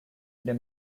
day